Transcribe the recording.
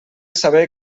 saber